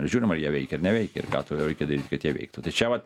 žiūrim ar jie veikia ar neveikia ir ką reikia daryt kad jie veiktų tai čia vat